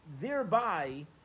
thereby